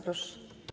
Proszę.